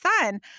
son